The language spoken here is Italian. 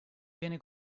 viene